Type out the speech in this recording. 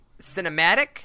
cinematic